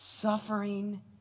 suffering